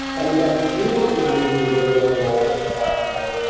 i mean that jingle in the movie was a little annoying about you know